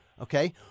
Okay